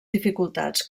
dificultats